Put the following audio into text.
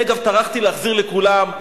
אגב, אני טרחתי להחזיר לכולם.